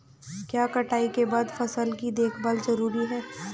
क्या कटाई के बाद फसल की देखभाल जरूरी है?